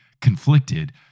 conflicted